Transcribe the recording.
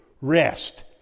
rest